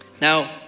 now